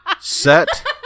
Set